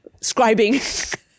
scribing